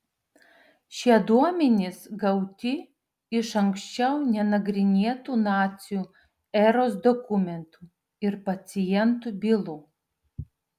šie duomenys gauti iš anksčiau nenagrinėtų nacių eros dokumentų ir pacientų bylų